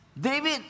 David